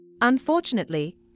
Unfortunately